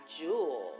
jewel